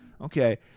Okay